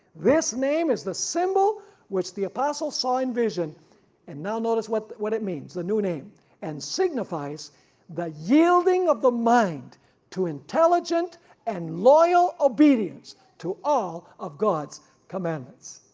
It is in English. this name is the symbol which the apostle saw in vision and now notice what what it means, the new name and signifies the yielding of the mind to intelligent and loyal obedience to all of god's commandments.